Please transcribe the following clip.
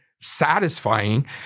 satisfying